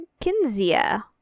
Kinzia